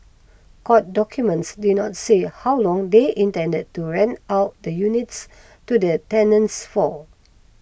court documents did not say how long they intended to rent out the units to the tenants for